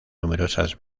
numerosas